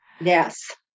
Yes